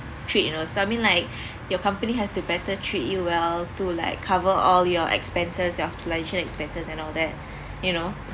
trip you know so I mean like your company has to better treat you well to like cover all your expenses your hospitalisation expenses and all that you know